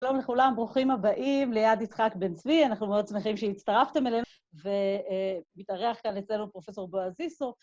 שלום לכולם, ברוכים הבאים ליד יצחק בן צבי, אנחנו מאוד שמחים שהצטרפתם אלינו ומתארח כאן אצלנו פרופ' בועז זיסו.